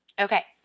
Okay